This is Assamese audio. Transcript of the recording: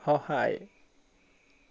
সহায়